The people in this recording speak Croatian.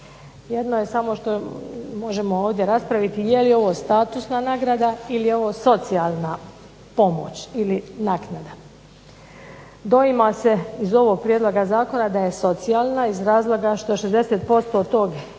Jedno je samo što možemo ovdje raspraviti je li ovo statusna nagrada ili je ovo socijalna pomoć ili naknada. Doima se iz ovog prijedloga zakona da je socijalna iz razloga što 60% tog iznosa,